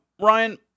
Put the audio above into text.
Ryan